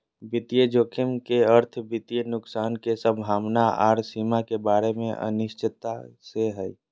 वित्तीय जोखिम के अर्थ वित्तीय नुकसान के संभावना आर सीमा के बारे मे अनिश्चितता से हय